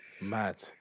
Mad